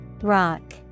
Rock